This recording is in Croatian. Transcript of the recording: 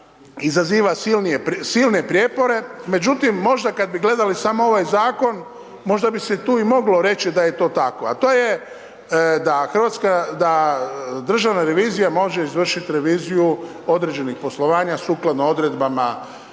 izaziva silne prijepore, međutim, možda kad bi gledali samo ovaj zakon, možda bi se tu i moglo reći da je to tako, a to je da državna revizija može izvršit reviziju određenih poslovanja sukladno odredbama